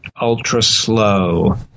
ultra-slow